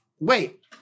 Wait